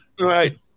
Right